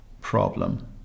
problem